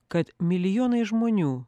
kad milijonai žmonių